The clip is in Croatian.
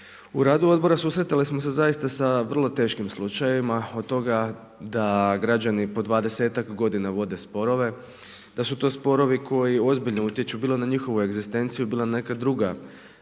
U radu odbora susreti smo se zaista sa vrlo teškim slučajevima, od toga da građani po dvadesetak godina vode sporove, da su to sporovi koji ozbiljno utječu bilo na njihovu egzistenciju, bilo na neka druga